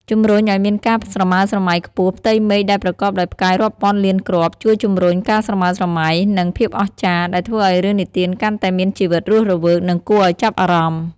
ជំរុញអោយមានការស្រមើស្រមៃខ្ពស់ ផ្ទៃមេឃដែលប្រកបដោយផ្កាយរាប់ពាន់លានគ្រាប់ ជួយជំរុញ ការស្រមើស្រមៃ និង ភាពអស្ចារ្យ ដែលធ្វើឲ្យរឿងនិទានកាន់តែមានជីវិតរស់រវើក និងគួរឲ្យចាប់អារម្មណ៍ ។